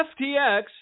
FTX